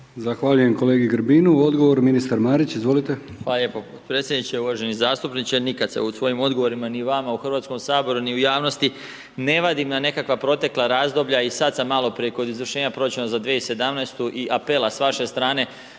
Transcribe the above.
Zahvaljujem kolegi Grbinu. Odgovor ministar Marić. Izvolite.